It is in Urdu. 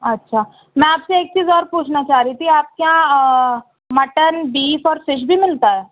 اچھا میں آپ سے ایک چیز اور پوچھنا چاہ رہی تھی آپ کے یہاں مٹن بیف اور فش بھی ملتا ہے